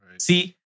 See